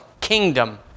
kingdom